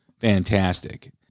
fantastic